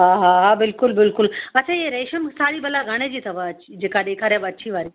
हा हा हा बिल्कुलु बिल्कुलु अच्छा हे रेशम साड़ी भला घणे जी अथव जेका ॾेखारियव अछी वारी